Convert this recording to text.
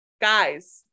Guys